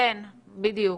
כן, בדיוק.